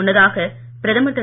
முன்னதாக பிரதமர் திரு